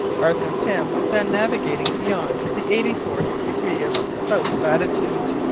arthur pym was then navigating beyond the eighty-fourth degree of south latitude.